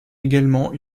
également